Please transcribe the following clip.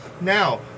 Now